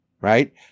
right